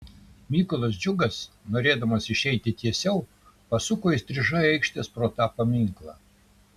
mykolas džiugas norėdamas išeiti tiesiau pasuko įstrižai aikštės pro tą paminklą